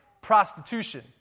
prostitution